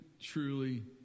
truly